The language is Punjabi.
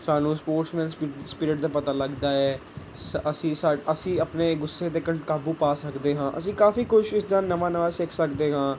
ਸਾਨੂੰ ਸਪੋਟਸਮੈਨ ਸਪਿ ਸਪਿਰਿਟ ਦਾ ਪਤਾ ਲੱਗਦਾ ਹੈ ਸ ਅਸੀਂ ਸਾ ਅਸੀਂ ਆਪਣੇ ਗੁੱਸੇ 'ਤੇ ਕੰ ਕਾਬੂ ਪਾ ਸਕਦੇ ਹਾਂ ਅਸੀਂ ਕਾਫ਼ੀ ਕੁਛ ਇਸ ਤਰ੍ਹਾਂ ਨਵਾਂ ਨਵਾਂ ਸਿੱਖ ਸਕਦੇ ਹਾਂ